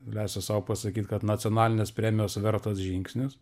leisiu sau pasakyt kad nacionalinės premijos vertas žingsnis